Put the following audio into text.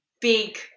big